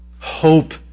Hope